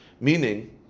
Meaning